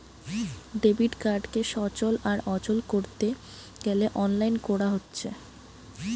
debit কার্ডকে সচল আর অচল কোরতে গ্যালে অনলাইন কোরা হচ্ছে